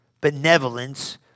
benevolence